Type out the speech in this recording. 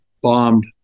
bombed